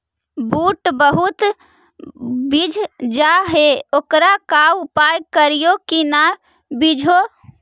बुट बहुत बिजझ जा हे ओकर का उपाय करियै कि न बिजझे?